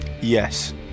Yes